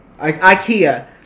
IKEA